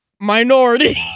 minority